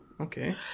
okay